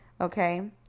Okay